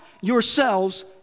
yourselves